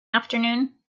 afternoon